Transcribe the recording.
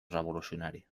revolucionari